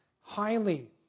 highly